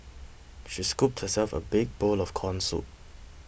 she scooped herself a big bowl of Corn Soup